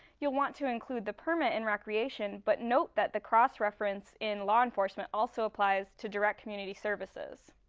you will want to include the permit in recreation but note that the cross reference in law enforcement also applies to direct community services.